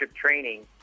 training